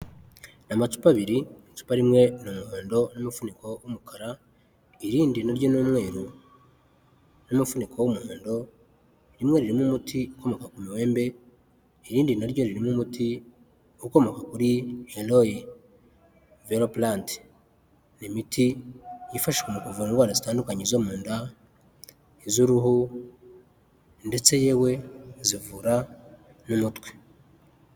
Amacupa abiri, icupa rimwe ni umuhondo n'umufuniko w'umukara, irindi na ryo ni umweru n'umufuniko w'umuhondo; rimwe ririmo umuti ukomoka ku miwembe, irindi na ryo ririmo umuti ukomoka kuri aloe velo plant; ni imiti yifashishwa mu kuvura indwara zitandukanye zo mu nda, iz'uruhu ndetse yewe, zivura n'umutwe.